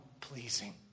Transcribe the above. pleasing